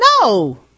No